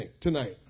tonight